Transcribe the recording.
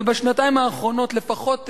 ובשנתיים האחרונות לפחות,